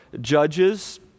Judges